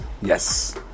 Yes